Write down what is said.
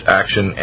action